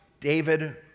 david